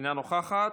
אינה נוכחת,